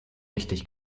richtig